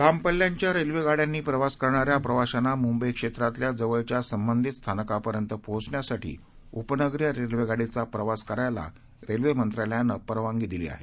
लांबपल्ल्याच्यारेल्वेगाड्यांनीप्रवासकरणाऱ्याप्रवाशांनामुंबईक्षेत्रातल्याजवळच्यासंबंधितस्थानकापर्यंतपोचण्यासाठीउपनगरीयरे ल्वेगाडीचाप्रवासकरायलारेल्वेमंत्रालयानंपरवानगीदिली आहे